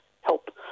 help